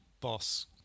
boss